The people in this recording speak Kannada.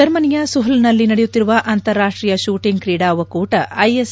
ಜರ್ಮನಿಯ ಸುಹ್ ನಲ್ಲಿ ನಡೆಯುತ್ತಿರುವ ಅಂತಾರಾಷ್ಟೀಯ ಶೂಟಿಂಗ್ ಕ್ರೀಡಾ ಒಕ್ಕೂಟ ಐಎಸ್